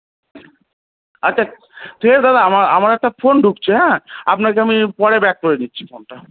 আচ্ছা ঠিক আছে দাদা আমার আমার একটা ফোন ঢুকছে হ্যাঁ আপনাকে আমি পরে ব্যাক করে নিচ্ছি ফোনটা